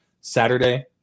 Saturday